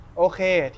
okay